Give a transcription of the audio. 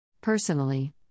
Personally